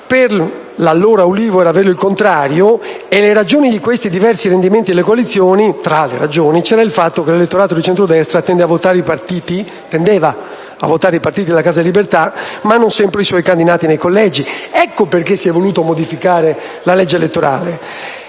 per l'allora Ulivo era vero il contrario. Tra le ragioni di questi diversi rendimenti delle coalizioni, c'era il fatto che l'elettorato del centrodestra tendeva a votare i partiti della Casa delle Libertà, ma non sempre i suoi candidati nei collegi. Ecco perché si è voluto modificare la legge elettorale.